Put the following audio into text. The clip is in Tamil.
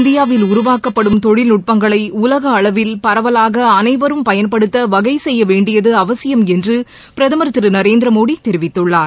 இந்தியாவில் உருவாக்கப்படும் தொழில்நுட்பங்களை உலக அளவில் பரவலாக அனைவரும் பயன்படுத்த வகை செய்ய வேண்டியது அவசியம் என்று பிரதமர் திரு நரேந்திர மோடி தெரிவித்துள்ளார்